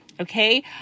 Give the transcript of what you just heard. Okay